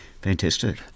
fantastic